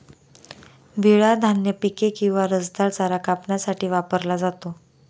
विळा धान्य पिके किंवा रसदार चारा कापण्यासाठी वापरला जातो